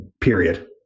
period